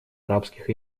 арабских